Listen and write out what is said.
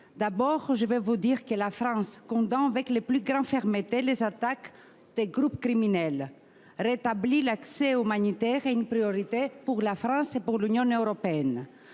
d’abord, je veux vous dire que la France condamne avec la plus grande fermeté les attaques des groupes criminels. Rétablir l’accès humanitaire est une priorité pour notre pays et pour l’Union européenne.